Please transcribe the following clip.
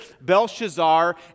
Belshazzar